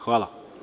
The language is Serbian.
Hvala.